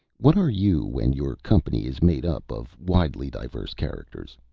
what are you when your company is made up of widely diverse characters?